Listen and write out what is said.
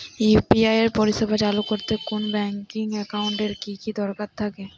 UPI পরিষেবা চালু করতে কোন ব্যকিং একাউন্ট এর কি দরকার আছে?